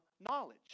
knowledge